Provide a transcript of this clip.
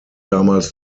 damals